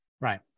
right